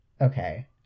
okay